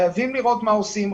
חייבים לראות מה עושים,